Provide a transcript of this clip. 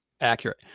Accurate